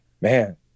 Man